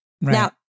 Now